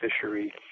fishery